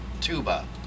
tuba